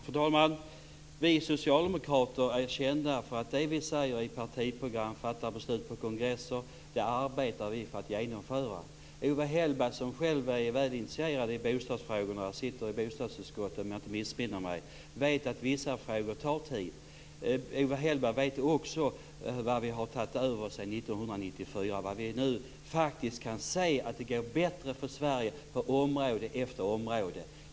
Fru talman! Vi socialdemokrater är kända för att det vi säger i partiprogram och fattar beslut om på kongresser, det arbetar vi för att genomföra. Owe Hellberg som själv är väl initierad i bostadsfrågorna - han sitter i bostadsutskottet om jag inte missminner mig - vet att vissa frågor tar tid. Owe Hellberg vet också vad vi tog över 1994 och att vi nu faktiskt kan se att det går bättre för Sverige på område efter område.